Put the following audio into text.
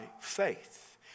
faith